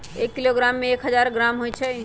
एक किलोग्राम में एक हजार ग्राम होई छई